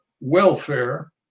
welfare